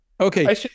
Okay